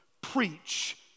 Preach